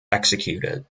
executed